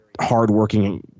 hardworking